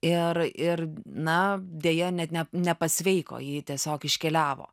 ir ir na deja net ne nepasveiko ji tiesiog iškeliavo